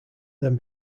then